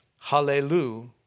Hallelujah